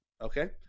Okay